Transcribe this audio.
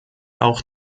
auch